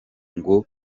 ngo